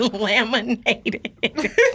laminated